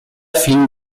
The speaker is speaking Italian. fin